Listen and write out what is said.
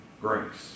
grace